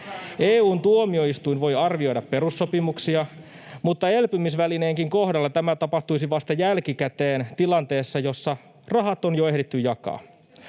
EU-tuomioistuin voi arvioida perussopimuksia, mutta elpymisvälineenkin kohdalla tämä tapahtuisi vasta jälkikäteen, tilanteessa, jossa rahat on jo ehditty jakaa.